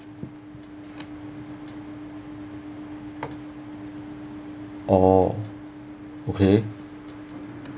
oh okay